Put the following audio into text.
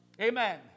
Amen